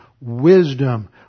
wisdom